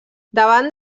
davant